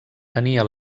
tenia